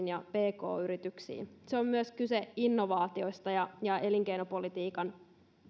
ja pk yrityksiin on myös kyse innovaatioista ja ja elinkeinopolitiikan